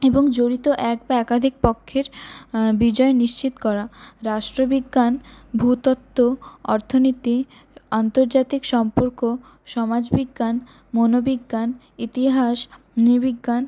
এবং জড়িত এক বা একাধিক পক্ষের বিজয় নিশ্চিত করা রাষ্ট্রবিজ্ঞান ভূতত্ত্ব অর্থনীতি আন্তর্জাতিক সম্পর্ক সমাজ বিজ্ঞান মনোবিজ্ঞান ইতিহাস নৃবিজ্ঞান